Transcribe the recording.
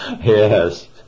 yes